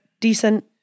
decent